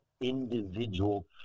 individual